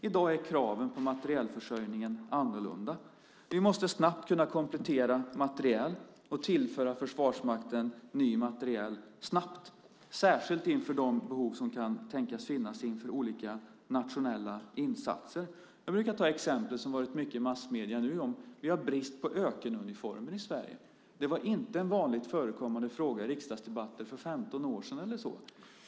I dag är kraven på materielförsörjningen annorlunda. Vi måste snabbt kunna komplettera materiel och tillföra Försvarsmakten ny materiel snabbt - särskilt inför de behov som kan tänkas finnas inför olika nationella insatser. Jag brukar ta ett exempel som vi har sett i massmedierna nu. Vi har brist på ökenuniformer i Sverige. Det var inte en vanligt förekommande fråga i riksdagsdebatter för 15 år sedan.